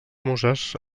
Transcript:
muses